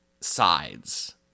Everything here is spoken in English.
sides